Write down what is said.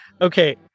Okay